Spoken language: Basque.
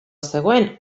zegoen